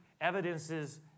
evidences